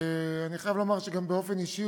ואני חייב לומר שגם באופן אישי,